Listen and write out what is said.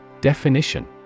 Definition